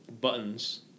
buttons